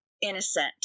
innocent